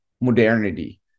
modernity